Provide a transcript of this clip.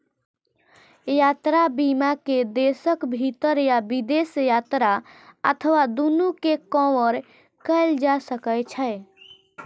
यात्रा बीमा मे देशक भीतर या विदेश यात्रा अथवा दूनू कें कवर कैल जा सकै छै